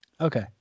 Okay